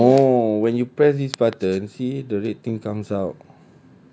no when you press this button see the red thing comes out